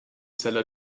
seller